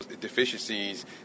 deficiencies